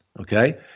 Okay